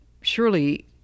surely